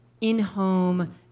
in-home